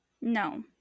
No